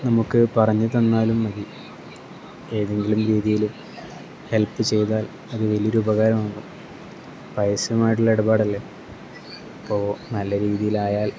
നമുക്ക് പറഞ്ഞ് തന്നാലും മതി ഏതെങ്കിലും രീതിയിൽ ഹെല്പ്പ് ചെയ്താൽ അത് വലിയൊരു ഉപകാരമാകും പൈസയുമായിട്ടുള്ള ഇടപാടല്ലേ അപ്പോൾ നല്ല രീതിയിൽ ആയാൽ